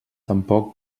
tampoc